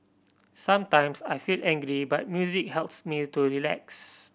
sometimes I feel angry but music helps me to relax